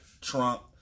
Trump